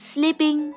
Sleeping